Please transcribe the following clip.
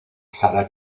sara